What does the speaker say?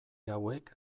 hauek